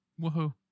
Woohoo